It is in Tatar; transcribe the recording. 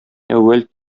әүвәл